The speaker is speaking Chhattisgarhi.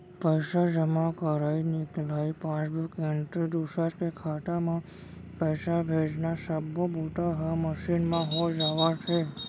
पइसा जमा करई, निकलई, पासबूक एंटरी, दूसर के खाता म पइसा भेजना सब्बो बूता ह मसीन म हो जावत हे